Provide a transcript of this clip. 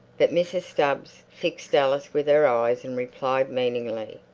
but mrs. stubbs fixed alice with her eyes and replied meaningly,